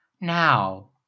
Now